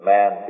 Man